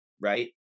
right